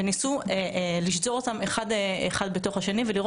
וניסו לשזור אותם אחד בתוך השני וניסו